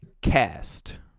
cast